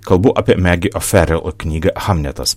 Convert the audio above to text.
kalbu apie megi oferel o knygą hamnetas